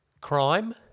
crime